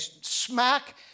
smack